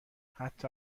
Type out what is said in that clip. حتی